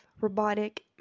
robotic